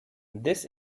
this